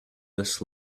this